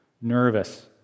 nervous